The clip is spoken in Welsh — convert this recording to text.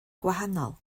gwahanol